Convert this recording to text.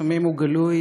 לפעמים הוא גלוי,